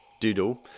doodle